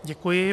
Děkuji.